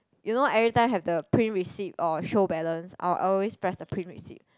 you know every time have the print receipt or show balance I'll I'll always press the print receipt